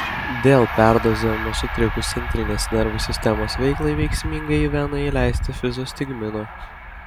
dėl perdozavimo sutrikus centrinės nervų sistemos veiklai veiksminga į veną įleisti fizostigmino